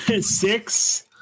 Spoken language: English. Six